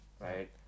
Right